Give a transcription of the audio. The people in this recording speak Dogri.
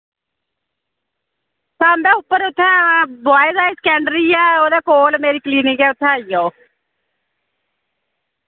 साम्बै उप्पर उत्थैं बोआएज हाई सकैंडरी ऐ उ'दे कोल मेरी क्लिनिक ऐ उत्थै आई जाओ